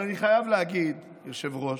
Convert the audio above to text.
אבל אני חייב להגיד, היושב-ראש,